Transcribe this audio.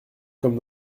comme